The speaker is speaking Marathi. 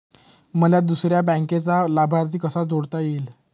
मला दुसऱ्या बँकेचा लाभार्थी कसा जोडता येईल?